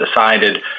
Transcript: decided